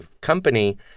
company